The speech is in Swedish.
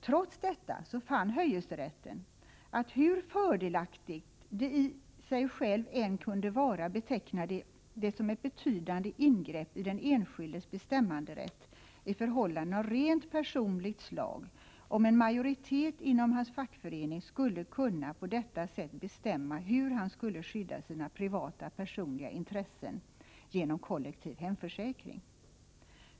Trots detta fann Höyesteretten att hur fördelaktigt det i sig själv än kunde vara, det betecknade ett betydande ingrepp i den enskildes bestämmanderätt i förhållanden av rent personligt slag om en majoritet inom hans fackförening skulle kunna bestämma hur han skulle skydda sina privata personliga intressen genom kollektiv hemförsäkring.